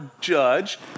judge